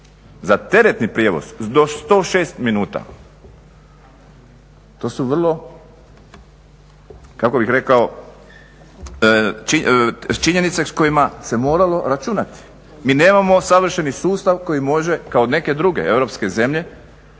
za teretni prijevoz do 106 minuta. To su vrlo kako bih rekao činjenice s kojima se moralo računati. Mi nemamo savršeni sustav koji može kao neke druge europske zemlje